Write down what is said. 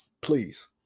Please